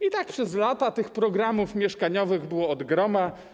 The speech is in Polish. I tak przez lata tych programów mieszkaniowych było od groma.